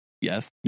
yes